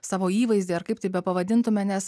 savo įvaizdį ar kaip tai bepavadintume nes